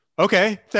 Okay